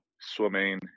swimming